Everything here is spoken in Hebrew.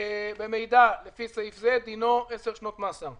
במידע לפי סעיף זה, דינו 10 שנות מאסר.